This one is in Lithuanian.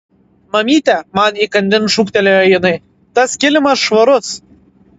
mamyte man įkandin šūktelėjo jinai tas kilimas švarus